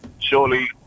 Surely